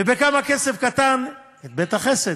ובכמה כסף קטן, כמה, את "בית החסד".